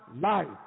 Life